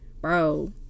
bro